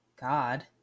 God